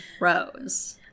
Rose